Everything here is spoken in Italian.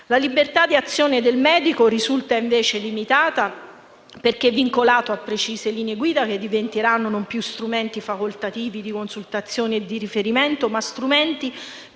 La libertà di azione del medico risulta invece limitata perché vincolata a precise linee guida, che diventeranno non più strumenti facoltativi di consultazione e di riferimento, bensì strumenti